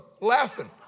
Laughing